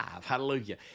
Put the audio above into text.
Hallelujah